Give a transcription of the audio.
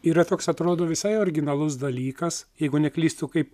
yra toks atrodo visai originalus dalykas jeigu neklystu kaip